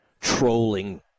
trolling